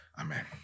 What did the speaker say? amen